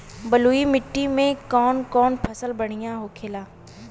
बलुई मिट्टी में कौन कौन फसल बढ़ियां होखेला?